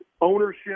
ownership